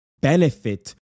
benefit